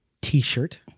t-shirt